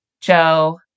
Joe